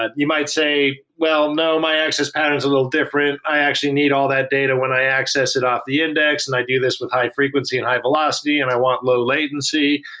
ah you might say, well, no. my access pattern is a little different. i actually need all that data when i access off the index, and i do this with high frequency and high velocity, and i want low latency.